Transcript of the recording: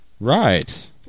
Right